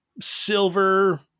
silver